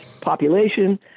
population